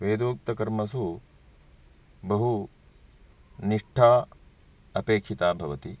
वेदोक्तकर्मसु बहु निष्ठा अपेक्षिता भवति